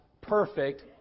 perfect